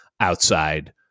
outside